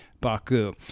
Baku